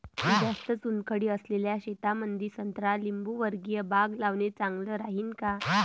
जास्त चुनखडी असलेल्या शेतामंदी संत्रा लिंबूवर्गीय बाग लावणे चांगलं राहिन का?